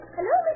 Hello